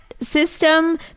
system